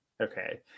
Okay